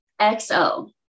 XO